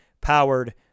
Powered